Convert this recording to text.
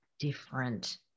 different